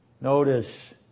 Notice